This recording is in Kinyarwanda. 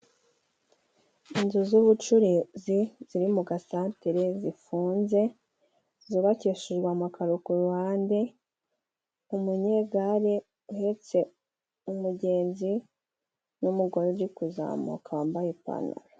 Inzu z'ubucuruzi ziri mu gasantere zifunze ,zubakishijwe amakaro kuruhande, umunyegare uhetse umugenzi, n'umugore uri kuzamuka wambaye ipantaro.